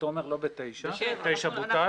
9 בוטל.